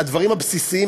הדברים הבסיסיים,